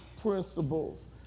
principles